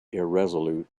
irresolute